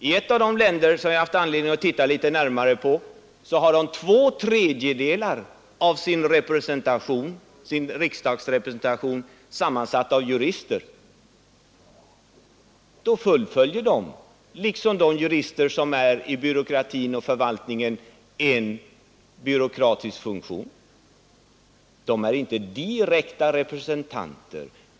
I ett av de länder som jag haft anledning att se litet närmare på är två tredjedelar av riksdagsrepresentationen sammansatt av jurister. Dessa ledamöter fullgör liksom de jurister som är verksamma i förvaltningen en byråkratisk funktion. De är inte direkta representanter.